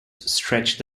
stretch